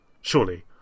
Surely